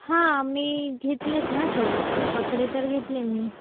हां मी घेतलेत ना सर कपडे तर घेतले मी